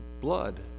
blood